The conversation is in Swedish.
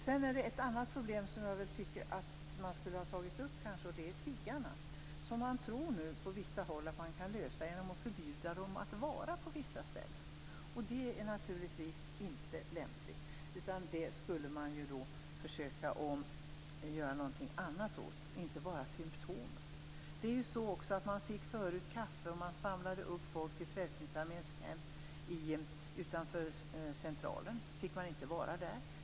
Det finns ett annat problem som jag tycker att utskottet skulle tagit upp. Det gäller tiggarna. Man tror nu på vissa håll att man kan lösa problemet genom att förbjuda dem att vara på vissa ställen. Det är naturligtvis inte lämpligt. Man borde försöka att göra någonting åt problemet och inte bara angripa symtomen. Förut gav man dessa människor kaffe och samlade ihop dem till Frälsningsarméns hem utanför Centralen, men sedan fick man inte vara där.